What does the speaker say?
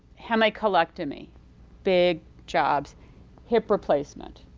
hemicolectomy big jobs hip replacement,